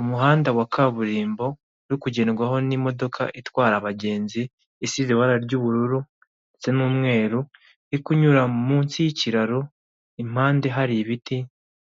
Umuhanda wa kaburimbo uri kugendwaho n'imodoka itwara abagenzi isize ibara ry'ubururu ndetse n'umweru, iri kunyura munsi y'kiraro impande hari ibiti